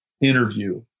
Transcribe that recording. interview